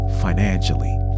financially